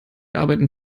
arbeiten